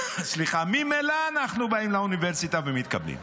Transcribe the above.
ממילא אנחנו באים לאוניברסיטה ומתקבלים,